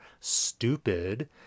stupid